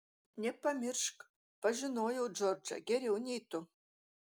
nepamiršk pažinojau džordžą geriau nei tu